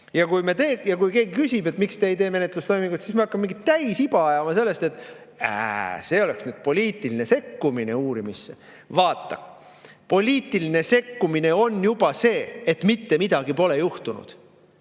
Ja kui keegi küsib, miks ei tehta menetlustoiminguid, siis hakatakse ajama mingit täisiba sellest, et see oleks poliitiline sekkumine uurimisse. Vaata, poliitiline sekkumine on juba see, et mitte midagi pole juhtunud.